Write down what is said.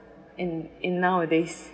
in in nowadays